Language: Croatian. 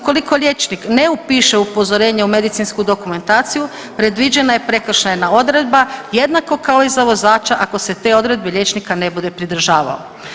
Ukoliko liječnik ne upiše upozorenje u medicinsku dokumentaciju predviđena je prekršajna odredba jednako kao i za vozača ako se te odredbe liječnika ne bude pridržavao.